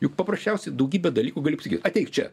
juk paprasčiausiai daugybę dalykų galiu pasakyt ateik čia